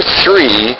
three